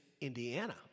Indiana